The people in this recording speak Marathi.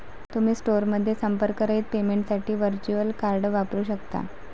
तुम्ही स्टोअरमध्ये संपर्करहित पेमेंटसाठी व्हर्च्युअल कार्ड वापरू शकता